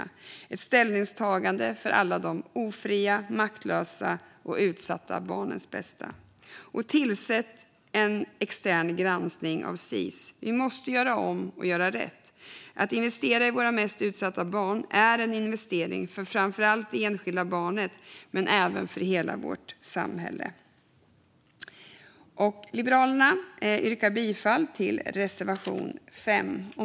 Det är ett ställningstagande för alla de ofria, maktlösa och utsatta barnens bästa. Tillsätt en extern granskning av Sis! Vi måste göra om och göra rätt. Att investera i våra mest utsatta barn är en investering för framför allt det enskilda barnet men även för hela vårt samhälle. Jag yrkar bifall till Liberalernas reservation 5.